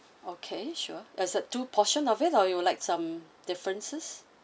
okay sure does the two portion of it or you would like some differences